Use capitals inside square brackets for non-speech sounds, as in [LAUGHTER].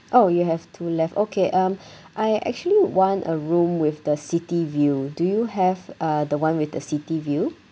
oh you have two left okay um [BREATH] I actually want a room with the city view do you have uh the one with the city view